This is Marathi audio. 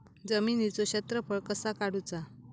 जमिनीचो क्षेत्रफळ कसा काढुचा?